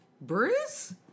Bruce